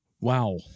Wow